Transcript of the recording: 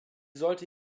sollte